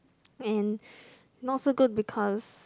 and not so good because